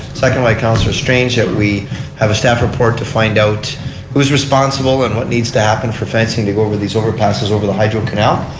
second by counsellor strange and we have a staff report to find out who is responsibility and what needs to happen for fencing to go over the overpasses over the hydrocanal.